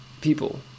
people